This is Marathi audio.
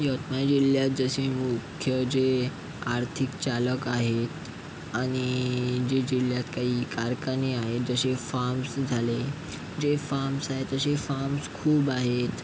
यवतमाळ जिल्ह्यात जसे मुख्य जे आर्थिक चालक आहेत आणि जे जिल्ह्यात काही कारखाने आहेत जसे फार्म्स झाले जे फार्म्स आहेत जसे फार्म्स खूप आहेत